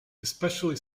especially